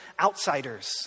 outsiders